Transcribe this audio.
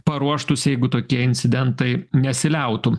paruoštus jeigu tokie incidentai nesiliautų